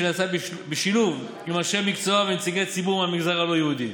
שנעשה בשילוב עם אנשי מקצוע ונציגי ציבור מהמגזר הלא-יהודי.